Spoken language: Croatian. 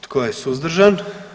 Tko je suzdržan?